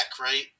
right